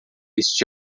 este